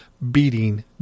beating